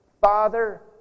Father